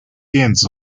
电子